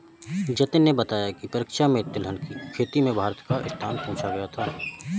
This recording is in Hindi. जतिन ने बताया की परीक्षा में तिलहन की खेती में भारत का स्थान पूछा गया था